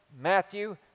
Matthew